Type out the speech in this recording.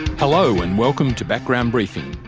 hello and welcome to background briefing.